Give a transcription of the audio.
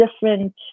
different